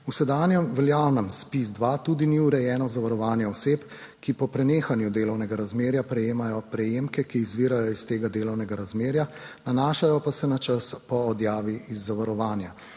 V sedanjem veljavnem ZPIZ-2 tudi ni urejeno zavarovanje oseb, ki po prenehanju delovnega razmerja prejemajo prejemke, ki izvirajo iz tega delovnega razmerja, nanašajo pa se na čas po odjavi iz zavarovanja.